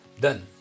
Done